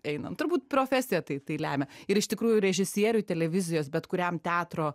einant turbūt profesija tai tai lemia ir iš tikrųjų režisieriui televizijos bet kuriam teatro